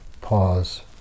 Pause